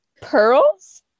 pearls